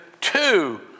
two